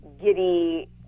giddy